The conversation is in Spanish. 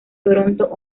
toronto